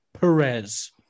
Perez